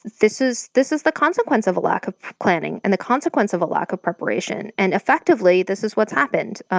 this is this is the consequence of a lack of planning, and the consequence of a lack of preparation. and effectively, this is what's happened.